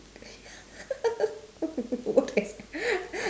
what to